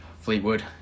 Fleetwood